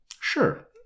Sure